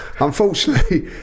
Unfortunately